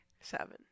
Seven